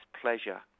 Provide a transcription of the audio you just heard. pleasure